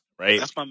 Right